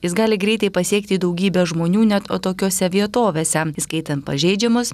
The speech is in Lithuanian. jis gali greitai pasiekti daugybę žmonių net atokiose vietovėse įskaitant pažeidžiamus